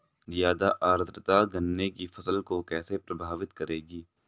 ज़्यादा आर्द्रता गन्ने की फसल को कैसे प्रभावित करेगी?